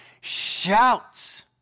shouts